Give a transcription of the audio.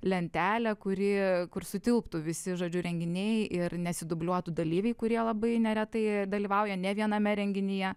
lentelę kuri kur sutilptų visi žodžiu renginiai ir nesidubliuotų dalyviai kurie labai neretai dalyvauja ne viename renginyje